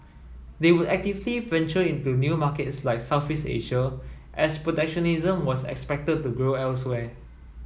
they would actively venture into new markets like Southeast Asia as protectionism was expected to grow elsewhere